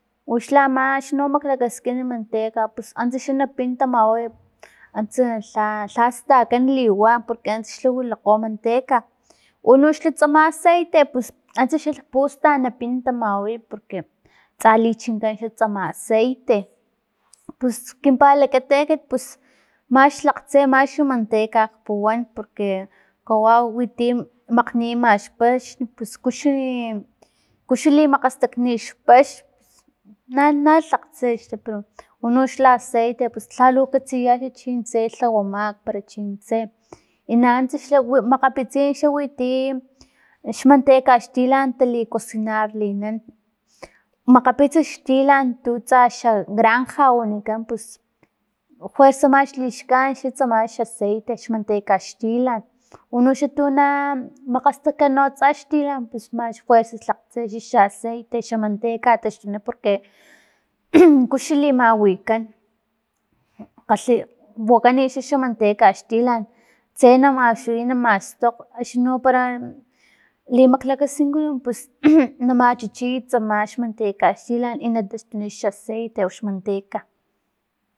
Uxlama axni maklakakin manteca pus antsa xa na pin tamaway antsa lha- lhastakan liwan porque antsa xa wilakgo manteca, unoxla tsama aceite antsa xla pustan pin tamawaya porque tsa lichinkan xa tsama aceite pus kinpalakat ekit pus mas tlakgtse max manteca kpuwan porque kawau minti makgnima xpaxn pus kuxi kuxi li makgastakni xpaxn na natlakgtse xla pero unoxla aceite pus lhalu katsiya chintse lhawamak pero chintse i nanuntsa wi makgapitsin wi ti xmanteca xtilan tali cosinarlikan makgapitsi xtilan tutsa xa granja wanikan pus kuersa max lixkanit xa tsama xa aceite xmanteca xtilan unoxa tuno xa makgastajkan atsa xtilan pus kuersa max tlakg tse xa xaceite xa manteca taxtuyacha porque kixi limawikan kgalhi wakani xa manteca xtilan tse na maxtuniy na mastokg axni no para limaklakaskin pus na machichiy tsama xmanteca xtilan i na taxtuni xaceite o xmanteca